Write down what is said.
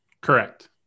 Correct